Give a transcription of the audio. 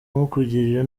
kukugirira